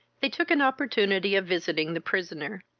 they took an opportunity of visiting the prisoner.